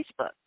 Facebook